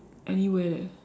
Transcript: anywhere leh